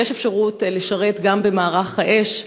אז יש אפשרות לשרת גם במערך האש,